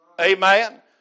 Amen